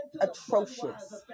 atrocious